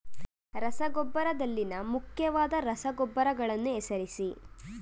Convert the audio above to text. ರಸಗೊಬ್ಬರದಲ್ಲಿನ ಮುಖ್ಯವಾದ ರಸಗೊಬ್ಬರಗಳನ್ನು ಹೆಸರಿಸಿ?